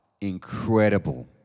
incredible